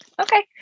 Okay